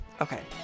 okay